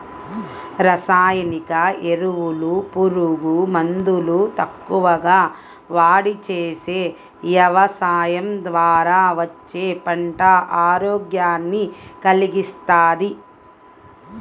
రసాయనిక ఎరువులు, పురుగు మందులు తక్కువగా వాడి చేసే యవసాయం ద్వారా వచ్చే పంట ఆరోగ్యాన్ని కల్గిస్తది